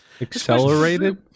Accelerated